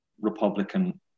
Republican